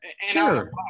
Sure